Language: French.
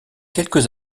quelques